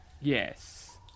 Yes